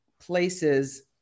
places